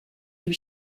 lui